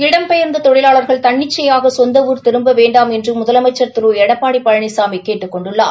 இடம்பெயர்ந்த தொழிலாளர்கள் தன்னிச்சையாக சொந்த ஊர் திரும்ப வேண்டாம் என்று முதலமைச்சள் திரு எடப்பாடி பழனிசாமி கேட்டுக் கொண்டுள்ளார்